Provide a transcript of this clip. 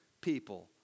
people